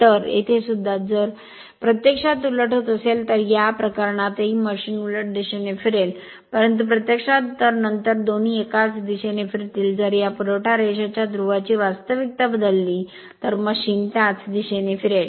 तर येथेसुद्धा जर प्रत्यक्षात उलट होत असेल तर या प्रकरणातही मशीन उलट दिशेने फिरेल परंतु प्रत्यक्षात तर नंतर दोन्ही एकाच दिशेने फिरतील जर या पुरवठा रेषेच्या ध्रुवाची वास्तविकता बदलली तर मशीन त्याच दिशेने फिरेल